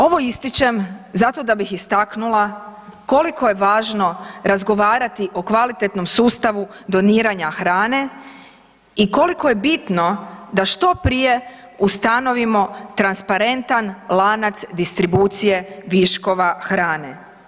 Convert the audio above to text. Ovo ističem zato da bih istaknula koliko je važno razgovarati o kvalitetnom sustavu doniranja hrane i koliko je bitno da što prije ustanovimo transparentan lanac distribucije viškova hrane.